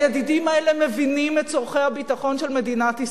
הידידים האלה מבינים את צורכי הביטחון של מדינת ישראל,